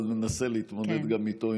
אבל ננסה להתמודד גם איתו,